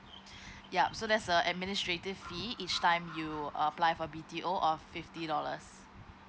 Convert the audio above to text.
ya so there's a administrative fee each time you apply for B_T_O of fifty dollars